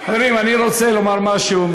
חברים, אני רוצה לומר משהו.